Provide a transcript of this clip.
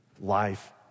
life